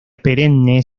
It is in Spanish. perenne